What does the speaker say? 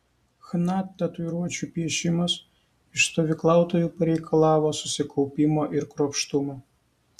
chna tatuiruočių piešimas iš stovyklautojų pareikalavo susikaupimo ir kruopštumo